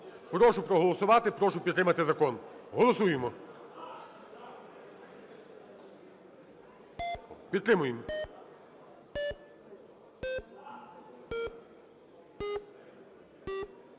Прошу проголосувати, прошу підтримати закон. Голосуємо. Підтримуємо.